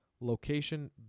Location